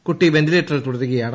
കുട്ടിവെന്റിലേറ്ററിൽ തുടരുകയാണ്